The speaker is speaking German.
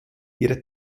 ihre